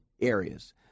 areas